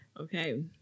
Okay